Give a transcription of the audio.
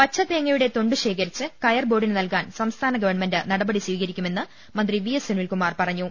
പച്ചതേങ്ങയുടെ തൊണ്ട് ശേഖരിച്ച് ക്യർബോർഡിന് നൽകാൻ സംസ്ഥാന ഗവൺമെന്റ് നടപട്ടി സ്പീക്രിക്കുമെന്ന് മന്ത്രി വി എസ് സുനിൽകുമാർ പറഞ്ഞു